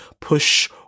push